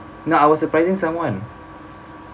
no I was surprising someone